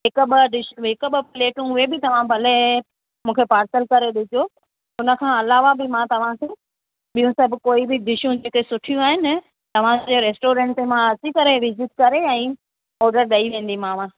हिक ॿ डिश हिक ॿ प्लेटूं उहे बि तव्हां भले मूंखे पार्सल करे ॾिजो उन खां अलावा बि मां तव्हांखे ॿियू सभु कोई बि डिशूं जेके सुठियूं आहिनि तव्हांजे रेस्टोरंट मां अची करे विज़िट करे ऐं ओडर ॾई वेंदीमाव